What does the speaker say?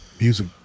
music